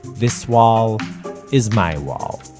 this wall is my wall